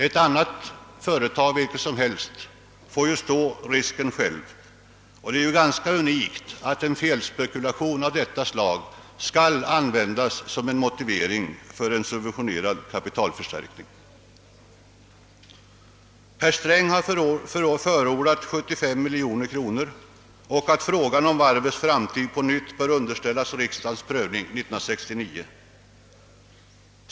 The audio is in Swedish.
Ett annat företag vilket som helst får stå risken självt, och det är därför unikt att en felspekulation av detta slag skall användas som motivering för en subventionerad kapitalförstärkning. Herr Sträng har nu förordat ett anslag på 75 miljoner kronor och att frågan om varvets framtid på nytt underställes riksdagens prövning år 1969.